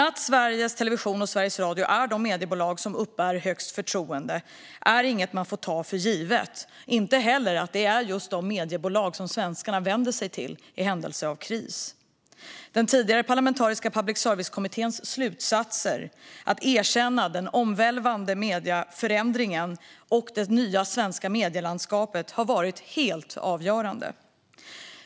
Att Sveriges Television och Sveriges Radio är de mediebolag som uppbär högst förtroende och som svenskarna vänder sig till i händelse av kris är inget man får ta för givet. Den tidigare parlamentariska public service-kommitténs slutsatser om att erkänna den omvälvande förändringen i det svenska medielandskapet har varit helt avgörande.